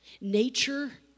nature